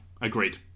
agreed